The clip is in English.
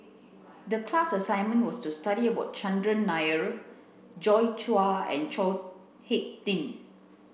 the class assignment was to study about Chandran Nair Joi Chua and Chao Hick Tin